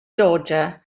georgia